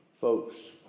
Folks